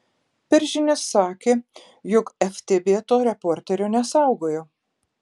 per žinias sakė jog ftb to reporterio nesaugojo